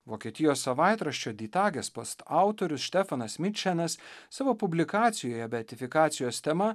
vokietijos savaitraščio di tages post autorius štefanas mičenas savo publikacijoje beatifikacijos tema